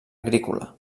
agrícola